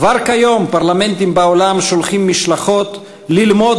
כבר כיום פרלמנטים בעולם שולחים משלחות ללמוד